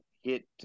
hit